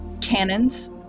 cannons